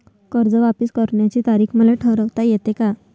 कर्ज वापिस करण्याची तारीख मले ठरवता येते का?